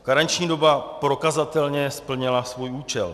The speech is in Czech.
Karenční doba prokazatelně splnila svůj účel.